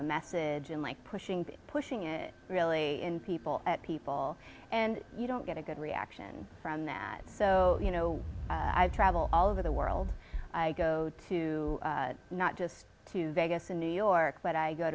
the message and like pushing pushing it really in people people and you don't get a good reaction from that so you know i travel all over the world i go to not just to vegas in new york but i go